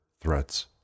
threats